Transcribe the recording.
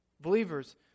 Believers